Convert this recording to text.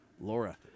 Laura